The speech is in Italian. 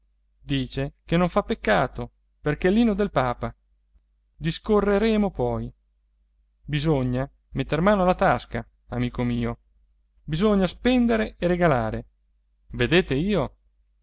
dice che non fa peccato perché è l'inno del papa discorreremo poi bisogna metter mano alla tasca amico mio bisogna spendere e regalare vedete io